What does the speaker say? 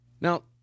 Now